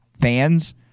fans